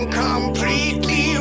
completely